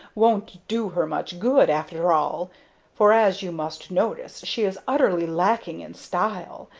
won't do her much good, after all for, as you must notice, she is utterly lacking in style.